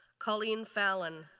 colleen fallon,